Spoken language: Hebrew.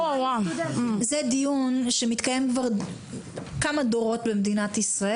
זה דיון שמתקיים כבר כמה דורות במדינת ישראל